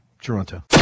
Toronto